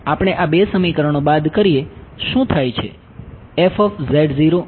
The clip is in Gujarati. આપણે આ બે સમીકરણો બાદ કરીએ શું થાય છે